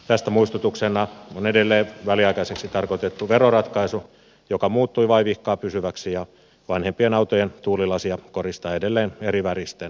tästä muistutuksena on edelleen väliaikaiseksi tarkoitettu veroratkaisu joka muuttui vaivihkaa pysyväksi ja vanhempien autojen tuulilasia koristaa edelleen eriväristen verotarrojen rivi